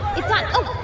it's on.